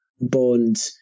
Bond